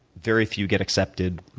very few get accepted,